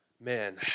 Man